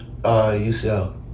UCL